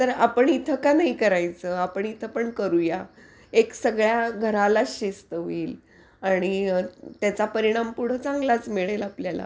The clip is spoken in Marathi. तर आपण इथं का नाही करायचं आपण इथं पण करूया एक सगळ्या घरालाच शिस्त होईल आणि त्याचा परिणाम पुढं चांगलाच मिळेल आपल्याला